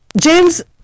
James